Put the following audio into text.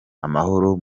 amahoro